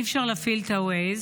אי-אפשר להפעיל את ה-Waze,